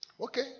Okay